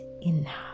enough